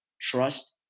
trust